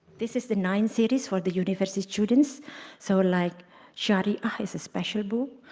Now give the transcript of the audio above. this is the nine series for the university students so like shari ah is a special book,